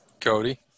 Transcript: Cody